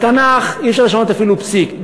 בתנ"ך אי-אפשר לשנות אפילו פסיק,